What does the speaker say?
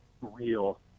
real